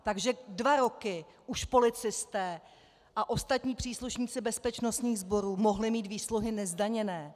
Takže už dva roky policisté a ostatní příslušníci bezpečnostních sborů mohli mít výsluhy nezdaněné.